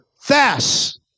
fast